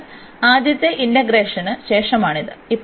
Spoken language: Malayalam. അതിനാൽ ആദ്യത്തെ ഇന്റഗ്രേഷന് ശേഷമാണിത്